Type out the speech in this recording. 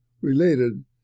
related